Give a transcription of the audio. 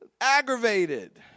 aggravated